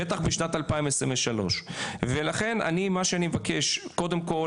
בטח בשנת 2023. לכן מה שאני מבקש קודם כל